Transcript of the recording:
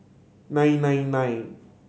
nine nine nine